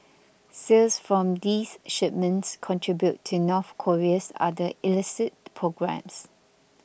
sales from these shipments contribute to North Korea's other illicit programmes